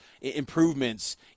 improvements